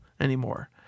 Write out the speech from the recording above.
anymore